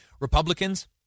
Republicans